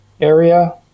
area